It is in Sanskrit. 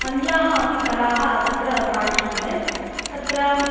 अन्याः अपि कलाः तत्र पाठ्यन्ते तत्र